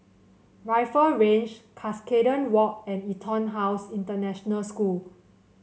Rifle Range Cuscaden Walk and EtonHouse International School